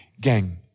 Gang